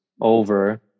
over